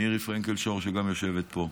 מירי פרנקל-שור, שגם יושבת פה,